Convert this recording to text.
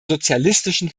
sozialistischen